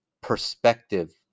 perspective